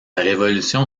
révolution